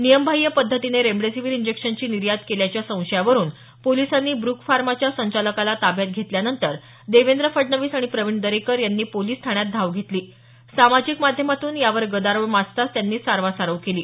नियमबाह्य पद्धतीने रेमडेसिवीर इंजेक्शनची निर्यात केल्याच्या संशयावरून पोलिसांनी ब्रुक फार्माच्या संचालकाला ताब्यात घेतल्यानंतर देवेंद्र फडणवीस आणि प्रवीण दरेकर यांनी पोलीस ठाण्यात धाव घेतली सामाजिक माध्यमातून यावर गदारोळ माजताच त्यांनी सारवासारव केली